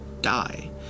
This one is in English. Die